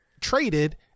traded